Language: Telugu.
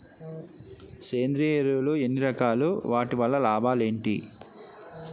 సేంద్రీయ ఎరువులు ఎన్ని రకాలు? వాటి వల్ల లాభాలు ఏంటి?